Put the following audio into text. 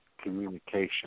communication